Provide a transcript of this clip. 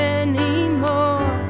anymore